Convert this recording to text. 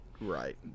right